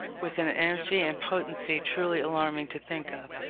with an energy and potency truly alarming to think of.